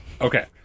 Okay